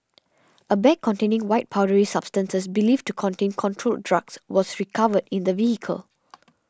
a bag containing white powdery substances believed to contain controlled drugs was recovered in the vehicle